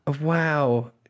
Wow